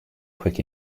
quick